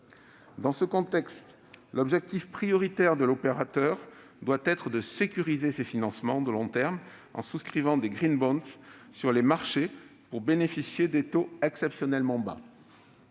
Dans ce contexte, l'objectif prioritaire de l'opérateur doit être de sécuriser ses financements de long terme, en souscrivant des sur les marchés, afin de bénéficier des taux exceptionnellement bas.